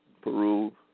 Peru